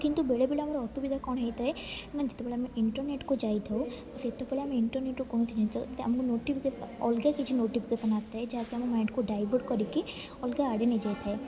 କିନ୍ତୁ ବେଳେବେଳେ ଆମର ଅସୁବିଧା କଣ ହୋଇଥାଏ ନା ଯେତେବେଳେ ଆମେ ଇଣ୍ଟରନେଟ୍କୁ ଯାଇଥାଉ ସେତେବେଳେ ଆମେ ଇଣ୍ଟରନେଟ୍ରୁ କୌଣସି ଜିନିଷ ଆମକୁ ନୋଟିଫିକେସନ୍ ଅଲଗା କିଛି ନୋଟିଫିକେସନ୍ ଆସି ଥାଏ ଯାହାକି ଆମ ମାଇଣ୍ଡକୁ ଡାଇଭର୍ଟ କରିକି ଅଲଗା ଆଡ଼େ ନେଇଯାଇଥାଏ